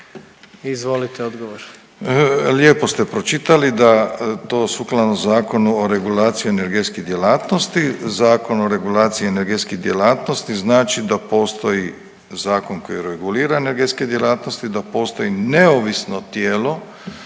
**Milatić, Ivo** Lijepo ste pročitali da to Zakonu o regulaciji energetskih djelatnosti, Zakon o regulaciji energetski djelatnosti znači da postoji zakon koji regulira energetske djelatnosti da postoji neovisno tijelo